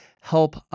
help